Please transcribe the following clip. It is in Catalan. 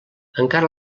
encara